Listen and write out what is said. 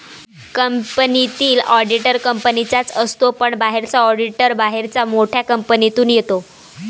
कंपनीतील ऑडिटर कंपनीचाच असतो पण बाहेरचा ऑडिटर बाहेरच्या मोठ्या कंपनीतून येतो